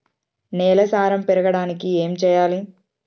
నేల సారం పెరగడానికి ఏం చేయాలి?